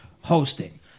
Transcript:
hosting